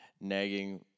nagging